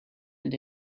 and